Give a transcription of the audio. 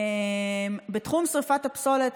בתחום שרפת הפסולת,